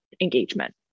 engagement